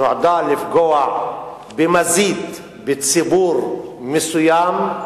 שנועדה לפגוע במזיד בציבור מסוים,